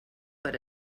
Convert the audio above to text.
per